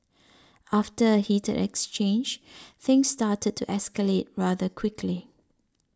after a heated exchange things started to escalate rather quickly